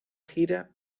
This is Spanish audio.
gira